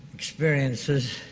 experiences